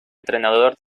entrenador